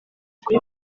kuri